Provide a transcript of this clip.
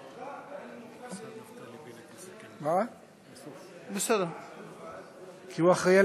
רבותי חברי הכנסת, חבר הכנסת איימן